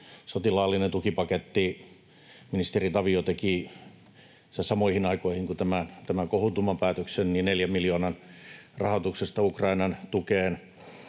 sotilaallinen tukipaketti. Ministeri Tavio teki itse asiassa samoihin aikoihin tämän kohutumman päätöksen, päätöksen neljän miljoonan rahoituksesta Ukrainan tukeen,